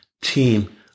team